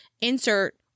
insert